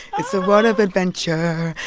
it's a world of adventure.